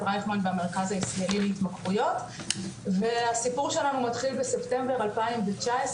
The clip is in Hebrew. רייכמן והמרכז הישראלי להתמכרויות והסיפור שלנו מתחיל בספטמבר 2019,